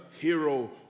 hero